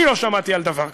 אני לא שמעתי על דבר כזה.